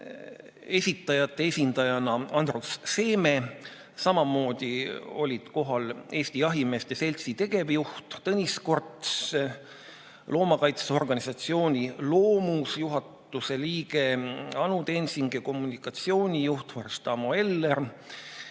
esitajate esindajana Andrus Seeme. Samamoodi olid kohal Eesti Jahimeeste Seltsi tegevjuht Tõnis Korts, loomakaitseorganisatsiooni Loomus juhatuse liige Anu Tensing ja kommunikatsioonijuht Farištamo Eller,